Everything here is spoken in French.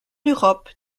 europe